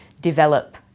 develop